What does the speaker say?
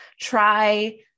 try